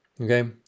Okay